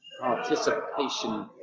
Participation